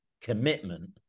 commitment